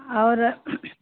और